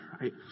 right